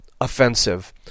offensive